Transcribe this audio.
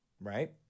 right